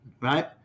right